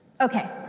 Okay